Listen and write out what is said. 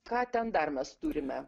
ką ten dar mes turime